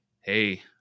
hey